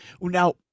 Now